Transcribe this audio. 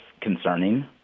concerning